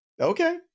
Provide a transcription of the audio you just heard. Okay